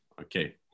okay